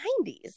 90s